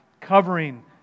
covering